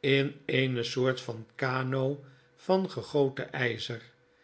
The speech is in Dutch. in eene soort van kanoe van gegoten gzer